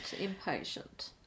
impatient